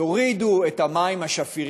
יורידו את מחיר המים השפירים,